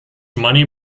money